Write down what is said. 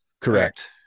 correct